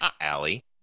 Allie